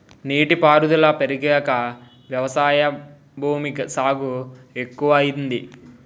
నీటి పారుదుల పెరిగాక వ్యవసాయ భూమి సాగు ఎక్కువయింది